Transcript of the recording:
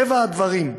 מטבע הדברים,